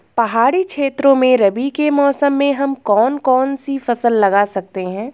पहाड़ी क्षेत्रों में रबी के मौसम में हम कौन कौन सी फसल लगा सकते हैं?